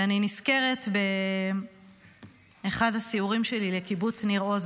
ואני נזכרת באחד הסיורים שלי לקיבוץ ניר עוז,